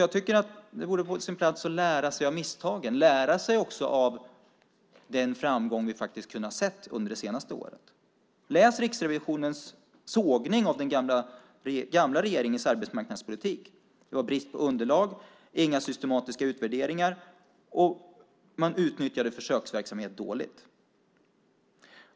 Jag tycker att det vore på sin plats att lära sig av misstagen och också lära sig av den framgång som vi har kunnat se under det senaste året. Läs Riksrevisionens sågning av den gamla regeringens arbetsmarknadspolitik. Det var brist på underlag, det gjordes inga systematiska utvärderingar och man utnyttjade försöksverksamhet dåligt.